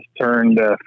turned